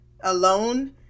alone